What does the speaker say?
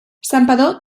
santpedor